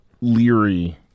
leery